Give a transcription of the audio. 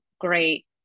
great